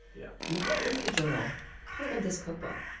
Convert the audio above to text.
yeah why is the journal part of this cookbook?